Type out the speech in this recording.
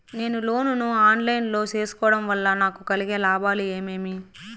నేను లోను ను online లో సేసుకోవడం వల్ల నాకు కలిగే లాభాలు ఏమేమీ?